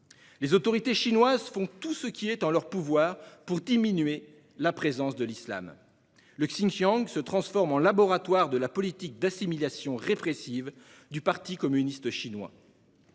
Les autorités chinoises font tout ce qui est en leur pouvoir pour diminuer la présence de l'islam, transformant le Xinjiang en laboratoire de la politique d'assimilation répressive du parti communiste chinois.